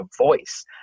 voice